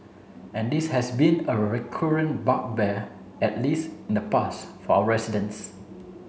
and this has been a recurrent bugbear at least in the past for our residents